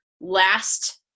last